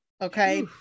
okay